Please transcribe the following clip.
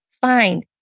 find